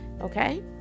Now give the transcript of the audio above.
okay